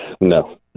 No